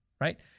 right